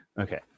okay